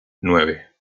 nueve